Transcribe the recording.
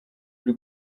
buri